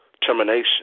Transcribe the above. termination